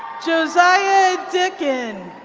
josiah dicken.